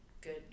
good